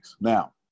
Now